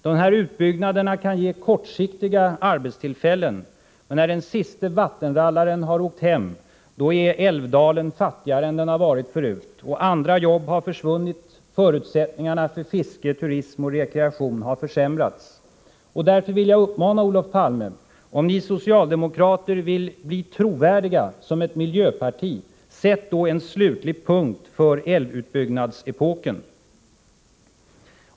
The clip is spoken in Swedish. De här utbyggnaderna kan ge kortsiktiga arbetstillfällen, men när den siste vattenrallaren har åkt hem är älvdalen fattigare än den har varit förut. Andra jobb har försvunnit, förutsättningarna för fiske, turism och rekreation har försämrats. Därför vill jag uppmana Olof Palme: Om ni socialdemokrater vill bli trovärdiga som ett miljöparti, sätt då slutgiltigt punkt för älvutbyggnadsepoken!